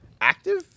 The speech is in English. active